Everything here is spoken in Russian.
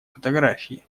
фотографии